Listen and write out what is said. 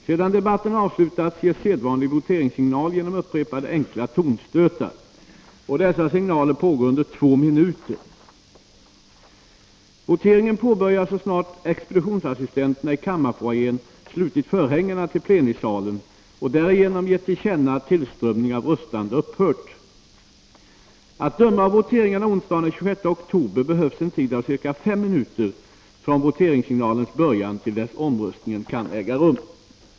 Sedan debatten avslutats ges sedvanlig voteringssignal genom upprepade enkla tonstötar. Dessa signaler pågår under två minuter. Voteringen påbörjas så snart expeditionsassistenterna i kammarfoajén slutit förhängena till plenisalen och därigenom gett till känna att tillströmningen av röstande upphört. Att döma av voteringarna onsdagen den 26 oktober behövs en tid av ca fem minuter från voteringssignalens början till dess omröstningen kan äga rum.